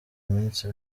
minsi